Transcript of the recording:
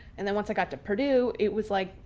and then once i got to purdue it was like.